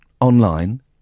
online